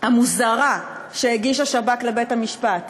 המוזרה שהגיש השב"כ לבית-המשפט,